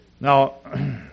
Now